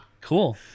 cool